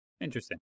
Interesting